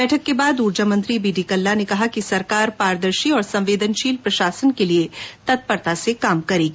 बैठक के बाद ऊर्जा मंत्री बी डी कल्ला ने कहा कि सरकार पारदर्शी और संवेदनशील प्रशासन के लिए तत्परता से काम करेगी